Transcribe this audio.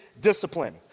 discipline